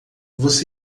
você